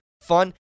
fun